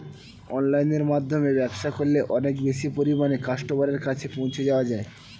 অনলাইনের মাধ্যমে ব্যবসা করলে অনেক বেশি পরিমাণে কাস্টমারের কাছে পৌঁছে যাওয়া যায়?